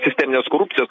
sisteminės korupcijos